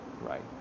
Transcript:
right